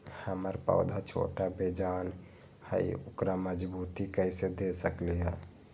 हमर पौधा छोटा बेजान हई उकरा मजबूती कैसे दे सकली ह?